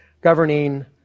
governing